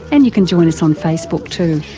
and you can join us on facebook too.